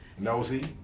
Nosy